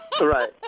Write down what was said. right